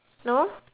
no